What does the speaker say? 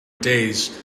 days